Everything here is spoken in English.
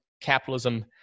capitalism